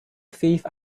thief